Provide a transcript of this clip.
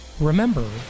Remember